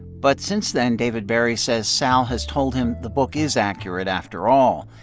but since then, david barry says, sal has told him the book is accurate after all.